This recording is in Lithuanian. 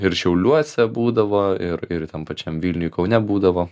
ir šiauliuose būdavo ir ir tam pačiam vilniuj kaune būdavo